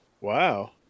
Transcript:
wow